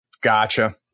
Gotcha